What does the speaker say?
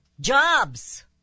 Jobs